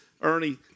Ernie